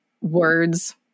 words